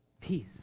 Peace